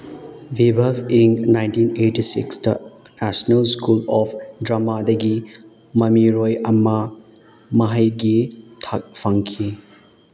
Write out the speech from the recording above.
viva in nineteen eighty ꯁꯤꯛꯁꯇ National School of ꯗꯔꯃꯥꯗꯒꯤ ꯃꯃꯤꯔꯣꯏ ꯑꯃ ꯃꯍꯩꯒꯤ ꯊꯥꯛ ꯐꯪꯈꯤ